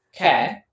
Okay